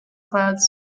clouds